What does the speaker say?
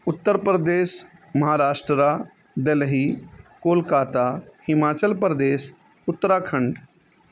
Uttar Pradesh Maharashtra Delhi Kolkata Himachal Pradesh Uttarakhand